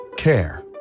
Care